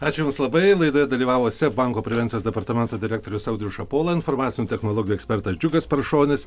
ačiū jums labai laidoje dalyvavo seb banko prevencijos departamento direktorius audrius šapola informacinių technologijų ekspertas džiugas paršonis